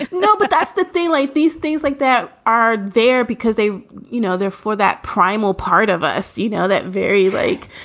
no, but that's the thing like these things like that are there because they you know, they're for that primal part of us you know, that very like